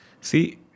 See